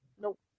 Nope